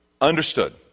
Understood